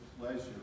pleasure